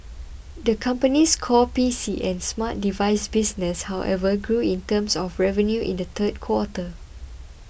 the company's core P C and smart device business however grew in terms of revenue in the third quarter